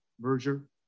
merger